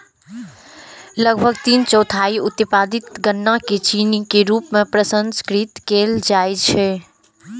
लगभग तीन चौथाई उत्पादित गन्ना कें चीनी के रूप मे प्रसंस्कृत कैल जाइ छै